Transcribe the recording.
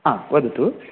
हा वदतु